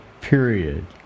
period